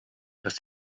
dass